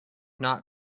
not